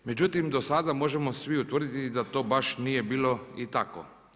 Međutim do sada možemo svi utvrditi da to baš nije bilo i tako.